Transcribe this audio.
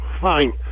Fine